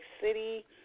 City